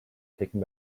taken